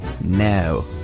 No